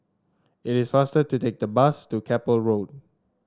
it is faster to take the bus to Keppel Road